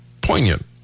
poignant